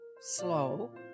slow